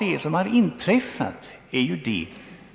Det senare var väl också fallet.